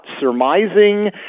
surmising